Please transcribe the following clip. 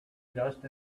just